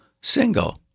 single